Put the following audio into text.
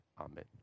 amen